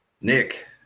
Nick